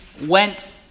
went